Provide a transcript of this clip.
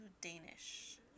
Danish